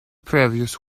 previous